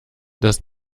das